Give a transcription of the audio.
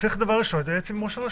צריך דבר ראשון להתייעץ עם ראש הרשות.